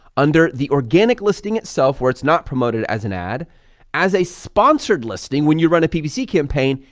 under the organic listing itself where it's not promoted, as an ad as a sponsored listing when you run a ppc campaign,